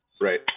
Right